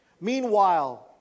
Meanwhile